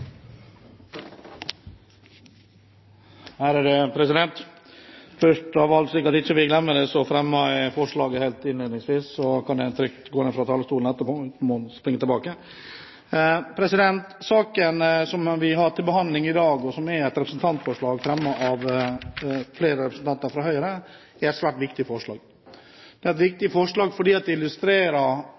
Først av alt, slik at jeg ikke glemmer det, vil jeg fremme Fremskrittspartiets forslag, slik at jeg trygt kan gå ned fra talerstolen etterpå, uten å måtte springe tilbake. Den saken som vi har til behandling i dag, og som er et representantforslag fremmet av flere representanter fra Høyre, er svært viktig. Det er et viktig forslag fordi det illustrerer